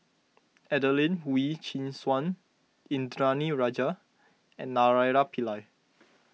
Adelene Wee Chin Suan Indranee Rajah and Naraina Pillai